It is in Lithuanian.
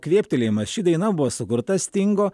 kvėptelėjimas ši daina buvo sukurta stingo